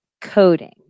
coding